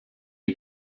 die